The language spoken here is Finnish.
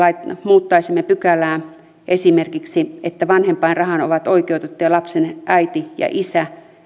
muuttaisimme pykälää esimerkiksi niin että vanhempainrahaan ovat oikeutettuja lapsen äiti ja isä ja että